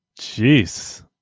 Jeez